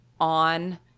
on